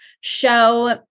show